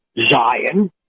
Zion